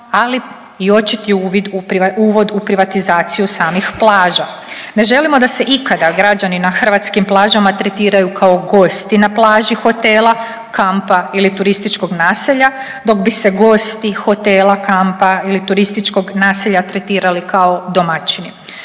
ali i očiti uvid u privatizaciju samih plaža. Ne želimo da se ikada građani na hrvatskim plažama tretiraju kao gosti na plaži hotela, kampa ili turističkog naselja, dok bi se gosti hotela, kampa ili turističkog naselja, dok bi se gosti